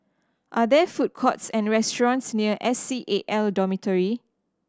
are there food courts and restaurants near S C A L Dormitory